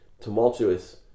tumultuous